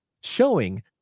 showing